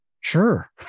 Sure